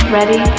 Ready